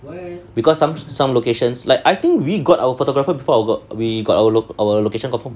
because some some locations like I think we got our photographer before our we got our location confirmed